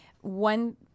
one